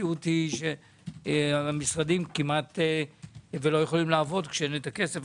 המציאות היא שהמשרדים כמעט ולא יכולים לעבוד כשאין את הכסף.